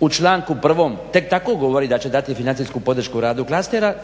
u članku 1. Tek tako govori da će dati financijsku podršku radu klastera